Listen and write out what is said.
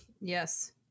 Yes